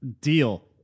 deal